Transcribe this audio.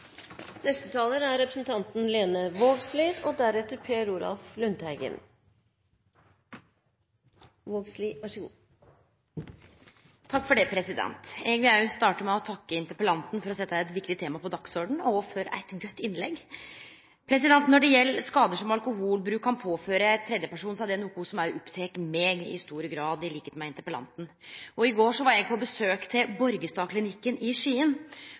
Eg vil òg starte med å takke interpellanten for å setje eit viktig tema på dagsordenen og for eit godt innlegg. Når det gjeld skadar som alkoholbruk kan påføre tredjeperson, er det noko som òg opptek meg i stor grad, til liks med interpellanten. I går var eg på besøk hjå Borgestadklinikken i